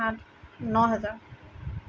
আঠ ন হাজাৰ